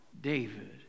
David